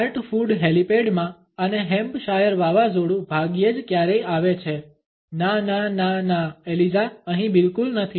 heart food હેલિપેડમા અને Hampshire વાવાઝોડુ ભાગ્યે જ ક્યારેય આવે છે ના ના ના ના એલિઝા અહીં બિલકુલ નથી